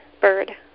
bird